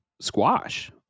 Squash